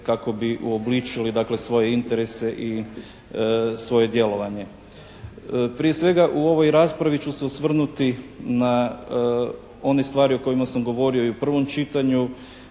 kako bi uobličili, dakle, svoje interese i svoje djelovanje. Prije svega u ovoj raspravi ću se osvrnuti na one stvari o kojima sam govorio i u prvom čitanju,